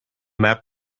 map